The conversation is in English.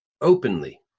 Openly